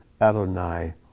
Adonai